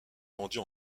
vendue